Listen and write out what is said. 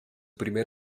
primer